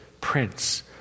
prince